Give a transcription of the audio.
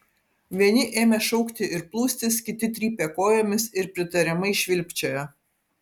vieni ėmė šaukti ir plūstis kiti trypė kojomis ir pritariamai švilpčiojo